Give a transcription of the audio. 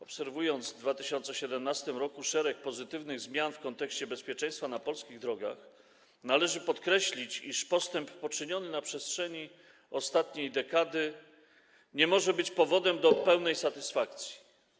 Obserwując w 2017 r. szereg pozytywnych zmian w kontekście bezpieczeństwa na polskich drogach, należy podkreślić, iż postęp poczyniony na przestrzeni ostatniej dekady nie może być powodem do pełnej satysfakcji.